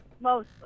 Mostly